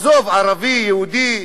עזוב ערבי, יהודי.